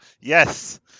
yes